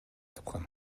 тапкан